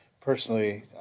personally